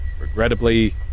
Regrettably